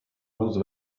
whose